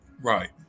Right